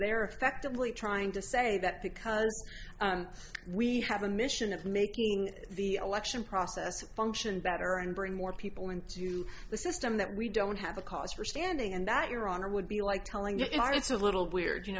they are effectively trying to say that because we have a mission of making the election process function better and bring more people into the system that we don't have a cause for standing and that your honor would be like telling you it's a little weird you